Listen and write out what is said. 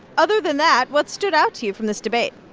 other than that, what stood out to you from this debate?